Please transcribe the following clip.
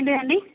లే అండి